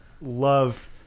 love